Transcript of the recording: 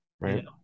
right